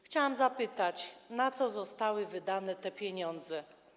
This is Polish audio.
Chciałam zapytać, na co zostały wydane te pieniądze.